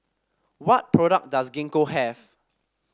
what product does Gingko have